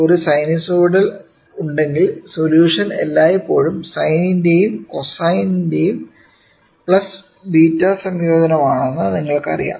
ഒരു സൈനസോയിഡ് ഉണ്ടെങ്കിൽ സൊല്യൂഷൻ എല്ലായ്പ്പോഴും സൈനിന്റെയും കോസ് β സംയോജനമാണെന്ന് നിങ്ങൾക്ക് അറിയാം